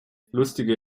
lustige